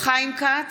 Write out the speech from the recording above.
חיים כץ,